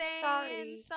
sorry